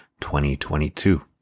2022